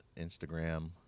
Instagram